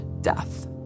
death